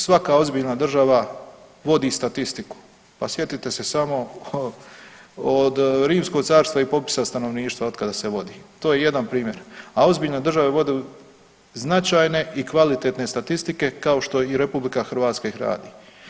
Svaka ozbiljna država vodi statistiku, pa sjetite se samo od Rimskog carstva i popisa stanovništva otkada se vodi, to je jedan primjer, a ozbiljne države vode značajne i kvalitetne statistike kao što i RH ih radi.